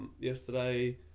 yesterday